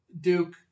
Duke